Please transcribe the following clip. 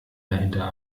dahinter